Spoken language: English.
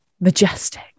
majestic